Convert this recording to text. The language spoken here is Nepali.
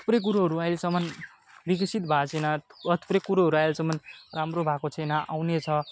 थुप्रै कुरोहरू अहिलेसम्म विकसित भएको छैन थुप्रै कुरोहरू अहिलेसम्म राम्रो भएको छैन आउने छ